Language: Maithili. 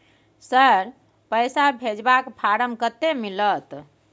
सर, पैसा भेजबाक फारम कत्ते मिलत?